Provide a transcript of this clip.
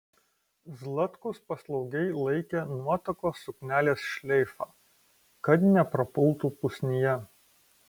zlatkus paslaugiai laikė nuotakos suknelės šleifą kad neprapultų pusnyje